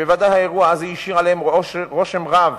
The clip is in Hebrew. שבוודאי האירוע הזה השאיר עליהם רושם רב